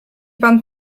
pan